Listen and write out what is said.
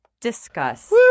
discuss